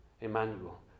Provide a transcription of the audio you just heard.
Emmanuel